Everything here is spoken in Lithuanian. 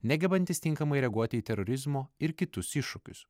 negebantis tinkamai reaguoti į terorizmo ir kitus iššūkius